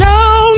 Now